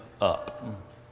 up